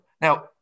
Now